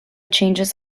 changes